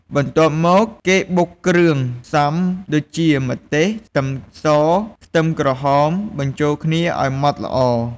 បន្ទាប់មក គេបុកគ្រឿងផ្សំដូចជា ម្ទេស ខ្ទឹមស ខ្ទឹមក្រហម បញ្ចូលគ្នាឱ្យម៉ដ្ឋល្អ។